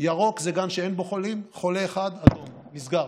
ירוק זה גן שאין בו חולים, חולה אחד, אדום, נסגר.